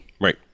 Right